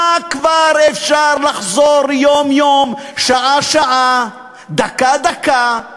מה כבר אפשר לחזור יום-יום, שעה-שעה, דקה-דקה,